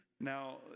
Now